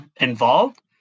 involved